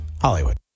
Hollywood